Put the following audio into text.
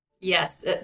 Yes